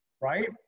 right